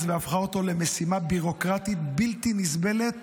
והפכה אותו למשימה ביורוקרטית בלתי נסבלת